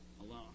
alone